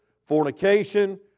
fornication